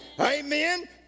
amen